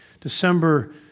December